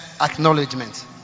acknowledgement